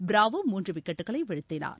Bravo மூன்று விக்கெட்டுகளை வீழ்த்தினார்